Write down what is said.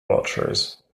watchers